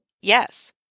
yes